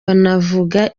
banavuga